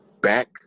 back